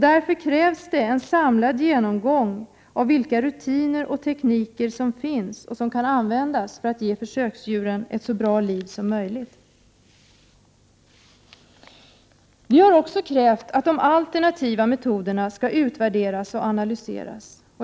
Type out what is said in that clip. Därför krävs en samlad genomgång av vilka rutiner och tekniker som finns och som kan användas för att ge försöksdjuren ett så bra liv som möjligt. Vi har också krävt att de alternativa metoderna skall utvärderas och analyseras.